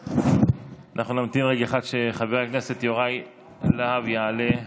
אנחנו נמתין רגע אחד שחבר הכנסת יוראי להב יעלה למקומו.